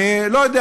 אני לא יודע,